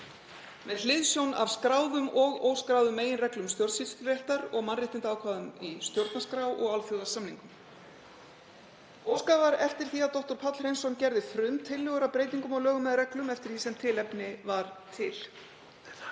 með hliðsjón af skráðum og óskráðum meginreglum stjórnsýsluréttar og mannréttindaákvæðum í stjórnarskrá og alþjóðasamningum. Óskað var eftir því að dr. Páll Hreinsson gerði frumtillögur að breytingum á lögum eða reglum eftir því sem tilefni var til.